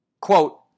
Quote